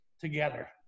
together